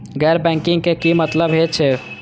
गैर बैंकिंग के की मतलब हे छे?